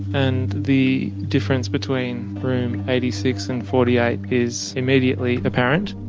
and the difference between room eighty six and forty eight is immediately apparent.